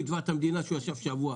הוא יתבע את המדינה שהוא ישב שבוע.